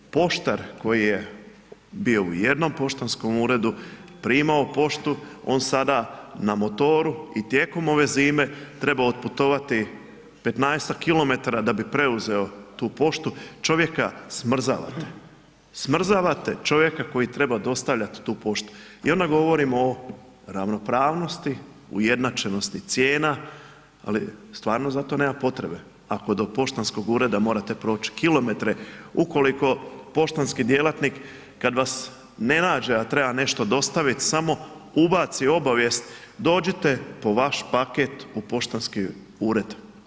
Poštar koji je bio u jednom poštanskom uredu, primao poštu, on sada na motoru i tijekom ove zime treba otputovati 15-tak km da bi preuzeo tu poštu, čovjeka smrzavate, smrzavate čovjeka koji treba dostavljat tu poštu i onda govorimo o ravnopravnosti, ujednačenosti cijena, ali stvarno za to nema potrebe ako do poštanskog ureda morate proć kilometre ukoliko poštanski djelatnik kad vas ne nađe, a treba nešto dostavit, samo ubaci obavijest „dođite po vaš paket u poštanski ured“